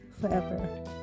forever